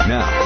Now